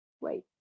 wait